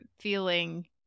feeling